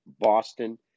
Boston